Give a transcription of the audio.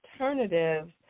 alternatives